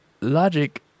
logic